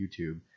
YouTube